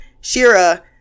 shira